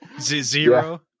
Zero